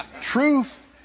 Truth